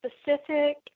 specific